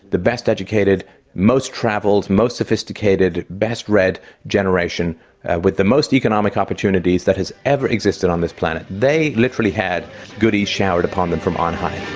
the best educated, the most travelled, most sophisticated, best-read generation with the most economic opportunities that has ever existed on this planet. they literally had goodies showered upon them from on high.